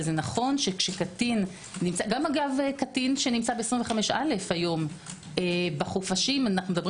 גם קטין שנמצא ב-25א היום בחופשים מדובר